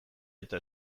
eta